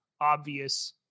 obvious